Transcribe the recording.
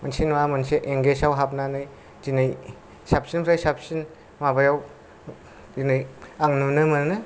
मोनसे नङा मोनसे एंगेड्जआव हाबनानै दिनै साबसिन निफ्राय साबसिन माबायाव आं नुनो मोनो